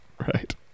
Right